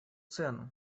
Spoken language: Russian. цену